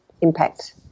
impact